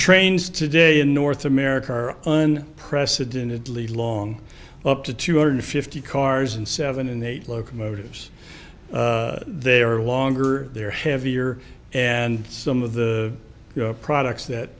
trains today in north america are on precedent at least long up to two hundred fifty cars and seven and eight locomotives they are longer they're heavier and some of the products that